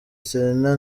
serena